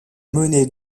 mené